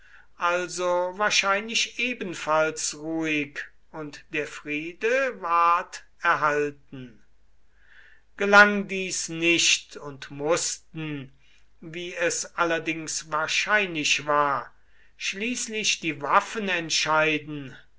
also wahrscheinlich ebenfalls ruhig und der friede ward erhalten gelang dies nicht und mußten wie es allerdings wahrscheinlich war schließlich die waffen entscheiden